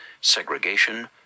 segregation